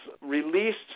released